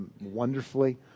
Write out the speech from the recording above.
wonderfully